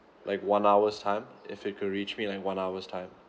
like one hour's time if it could reach me in like one hour's time